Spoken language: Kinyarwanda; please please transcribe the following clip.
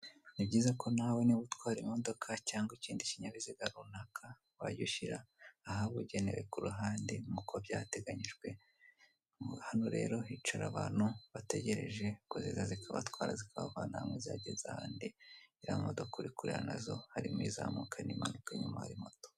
Ni byiza ko nawe niba utwara imodoka cyangwa ikindi kinyabiziga runaka, wajya ushyira ahabugenewe ku ruhande nk'uko byateganyijwe, hano rero hicara abantu bategereje ko ziza zikabatwara, zikabavana hamwe zabageze ahandi, ziriya modoka uri kureba nazo harimo izamuka n'imanuka, inyuma hari moto.